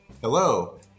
Hello